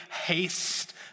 haste